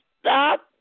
stop